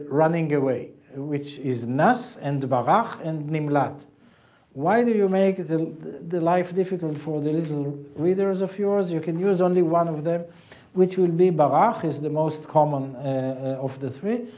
running away which is nass and barach and nimlat why do you make the the life difficult for the little readers of yours? you can use only one of them which will be but barach is the most common of the three.